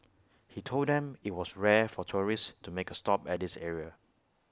he told them IT was rare for tourists to make A stop at this area